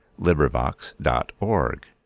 LibriVox.org